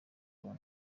col